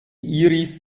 iris